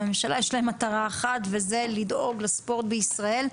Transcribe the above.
הממשלה יש להם מטרה אחת וזה לדאוג לספורט בישראל.